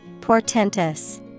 Portentous